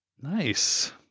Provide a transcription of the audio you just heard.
Nice